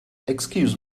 excuse